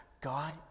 God